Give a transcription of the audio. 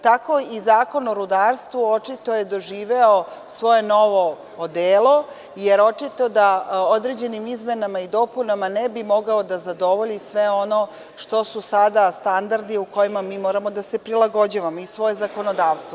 Tako i Zakon o rudarstvu očito je doživeo svoje novo odelo, jer očito da određenim izmenama i dopunama ne bi mogao da zadovolji sve ono što su sada standardi kojima mi moramo da se prilagođavamo i svoje zakonodavstvo.